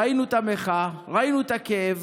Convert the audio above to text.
ראינו את המחאה, ראינו את הכאב.